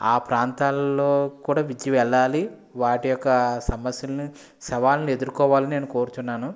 ఆ ప్రాంతాల్లో కూడా విద్య వెళ్ళాలి వాటి యొక్క సమస్యలను సవాళ్ళను ఎదుర్కోవాలని నేను కోరుతున్నాను